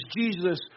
Jesus